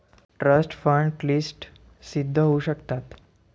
trust fund क्लिष्ट सिद्ध होऊ शकतात